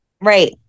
Right